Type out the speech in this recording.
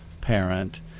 parent